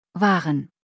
Waren